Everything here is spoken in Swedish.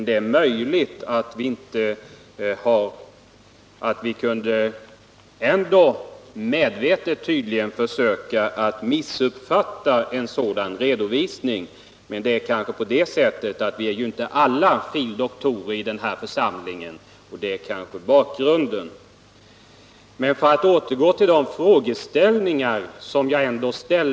Det är möjligt att man —- medvetet tydligen —- kunde missuppfatta en sådan redovisning. Vi är inte filosofie doktorer allesammans i den här församlingen, och det är kanske förklaringen. Men jag återgår till de frågeställningar som jag tog upp.